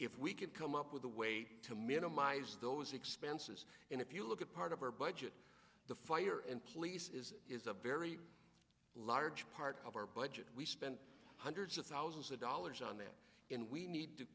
if we could come up with a way to minimize those expenses and if you look at part of our budget the fire and police is is a very large part of our budget we spent hundreds of thousands of dollars on that and we need to